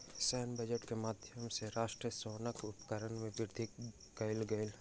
सैन्य बजट के माध्यम सॅ राष्ट्रक सेनाक उपकरण में वृद्धि कयल गेल